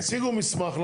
תציגו מסמך.